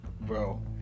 Bro